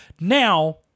Now